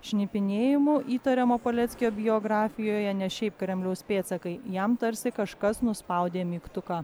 šnipinėjimu įtariamo paleckio biografijoje ne šiaip kremliaus pėdsakai jam tarsi kažkas nuspaudė mygtuką